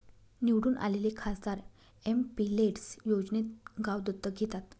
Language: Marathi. निवडून आलेले खासदार एमपिलेड्स योजनेत गाव दत्तक घेतात